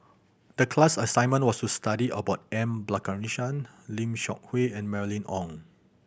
the class assignment was to study about M Balakrishnan Lim Seok Hui and Mylene Ong